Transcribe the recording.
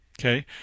Okay